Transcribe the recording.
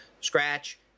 scratch